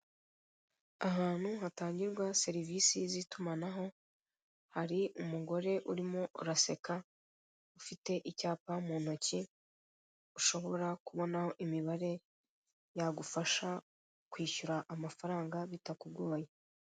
Ahantu hatangirwa serivisi z'itumanaho, hari umugore urimo uraseka, ufite icyapa mu intoki, ushobora kubona imibare yagufasha kwishyura amafaranga bitakugoye.